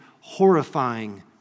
horrifying